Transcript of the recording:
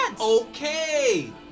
okay